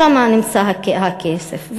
שמה נמצא הכסף.